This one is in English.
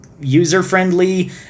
user-friendly